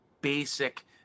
basic